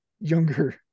younger